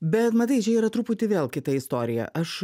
bet matai čia yra truputį vėl kita istorija aš